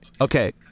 okay